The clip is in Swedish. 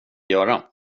göra